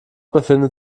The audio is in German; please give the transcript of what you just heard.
befindet